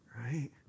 right